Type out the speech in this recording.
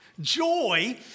Joy